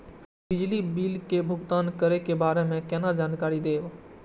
बिजली बिल के भुगतान करै के बारे में केना जानकारी देब?